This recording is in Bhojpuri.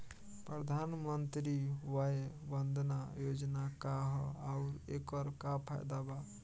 प्रधानमंत्री वय वन्दना योजना का ह आउर एकर का फायदा बा?